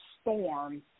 storm